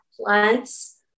plants